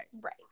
Right